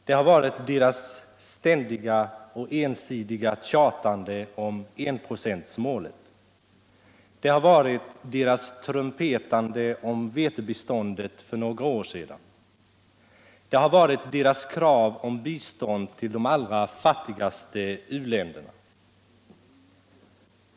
Det har varit folkpartisternas ständiga och ensidiga tjatande om enprocentsmålet, deras trumpetande om vetebiståndet för några år sedan samt deras krav på bistånd till de allra fattigaste u-länderna.